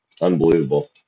Unbelievable